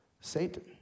Satan